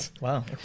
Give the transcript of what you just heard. wow